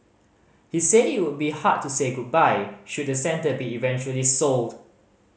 he said it would be hard to say goodbye should the centre be eventually sold